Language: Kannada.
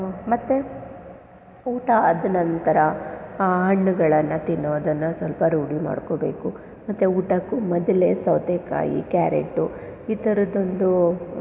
ಮತ್ತು ಊಟ ಆದ ನಂತರ ಹಣ್ಣುಗಳನ್ನ ತಿನ್ನೋದನ್ನು ಸ್ವಲ್ಪ ರೂಢಿ ಮಾಡಿಕೊಬೇಕು ಮತ್ತೇ ಊಟಕ್ಕೂ ಮೊದಲೇ ಸೌತೇಕಾಯಿ ಕ್ಯಾರೆಟು ಈ ಥರದ್ದೊಂದು